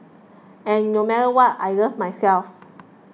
and no matter what I love myself